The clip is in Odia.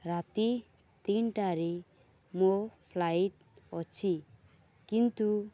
ରାତି ତିନିଟାରେ ମୋ ଫ୍ଲାଇଟ୍ ଅଛି କିନ୍ତୁ